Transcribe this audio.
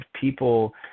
people